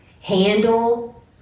handle